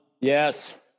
Yes